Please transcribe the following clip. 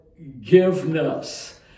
forgiveness